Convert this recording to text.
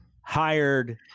hired